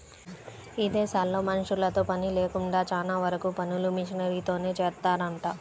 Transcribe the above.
ఇదేశాల్లో మనుషులతో పని లేకుండా చానా వరకు పనులు మిషనరీలతోనే జేత్తారంట